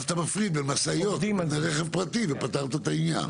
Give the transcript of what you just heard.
ואז אתה מפריד בין משאיות לרכב פרטי ופתרת את העניין.